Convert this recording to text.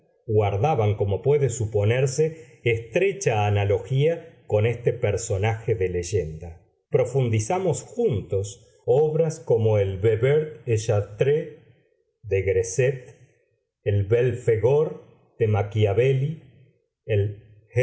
guardaban como puede suponerse estrecha analogía con este personaje de leyenda profundizamos juntos obras como el ver vert et chartreuse de gresset el belphegor de machiavelli el